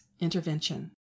intervention